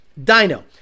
Dino